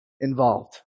involved